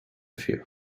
few